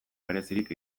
berezirik